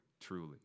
truly